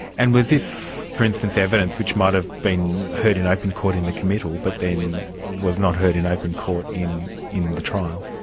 and was this for instance, evidence which might have been heard in open court in the committal, but then was not heard in open court in in the trial?